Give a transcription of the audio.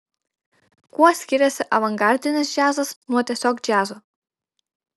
kuo skiriasi avangardinis džiazas nuo tiesiog džiazo